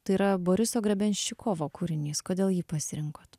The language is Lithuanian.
tai yra boriso grebenščikovo kūrinys kodėl jį pasirinkot